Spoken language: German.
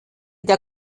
der